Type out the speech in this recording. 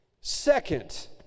second